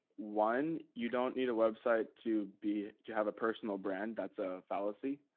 one, you don't need a website to be. to have a personal brand? that's a fallacy.